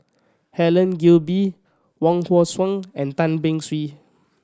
Helen Gilbey Wong Hong Suen and Tan Beng Swee